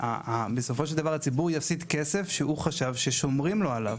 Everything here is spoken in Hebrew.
בסופו של דבר הציבור יפסיד כסף שהוא חשב ששומרים לו עליו.